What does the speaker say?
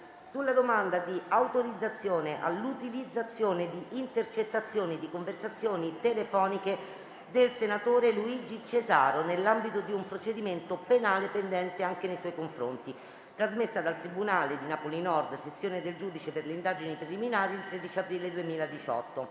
«Domanda di autorizzazione all'utilizzazione di intercettazioni di conversazioni telefoniche del senatore Luigi Cesaro nell'ambito di un procedimento penale pendente anche nei suoi confronti (n. 16519/2017 RGNR - n. 8701/2017 RG GIP) trasmessa dal Tribunale di Napoli-Nord Sezione del Giudice per le indagini preliminari il 13 aprile 2018».